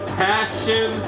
passion